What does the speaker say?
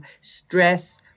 stress